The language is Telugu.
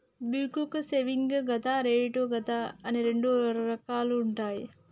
బ్యేంకు సేవింగ్స్ ఖాతా, కరెంటు ఖాతా అని రెండు రకాలుంటయ్యి